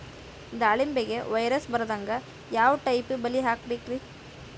ದಾಳಿಂಬೆಗೆ ವೈರಸ್ ಬರದಂಗ ಯಾವ್ ಟೈಪ್ ಬಲಿ ಹಾಕಬೇಕ್ರಿ?